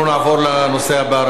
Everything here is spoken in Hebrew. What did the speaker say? עמ' 28461.] אנחנו נעבור לנושא הבא,